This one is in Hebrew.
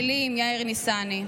מילים: יאיר ניצני.